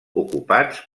ocupats